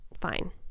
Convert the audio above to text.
Fine